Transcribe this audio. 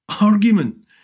argument